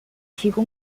提供